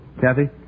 Kathy